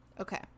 Okay